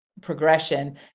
progression